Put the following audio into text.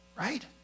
right